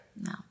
No